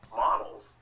models